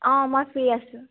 অঁ মই ফ্ৰী আছোঁ